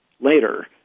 later